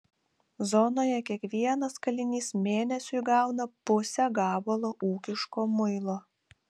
zonoje kiekvienas kalinys mėnesiui gauna pusę gabalo ūkiško muilo